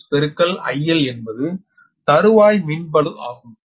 Vphase IL என்பது தருவாய் மின் பளு ஆகும்